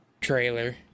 trailer